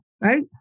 right